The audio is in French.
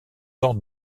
ordre